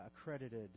accredited